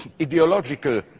ideological